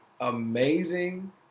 amazing